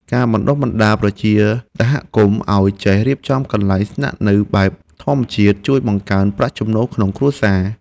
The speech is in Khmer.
ការបណ្តុះបណ្តាលប្រជាសហគមន៍ឱ្យចេះរៀបចំកន្លែងស្នាក់នៅបែបធម្មជាតិជួយបង្កើនប្រាក់ចំណូលក្នុងគ្រួសារ។